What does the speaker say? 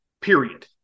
Period